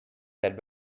that